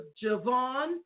javon